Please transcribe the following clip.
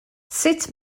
sut